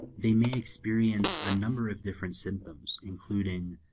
they may experience a number of different symptoms including,